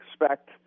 expect